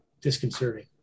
disconcerting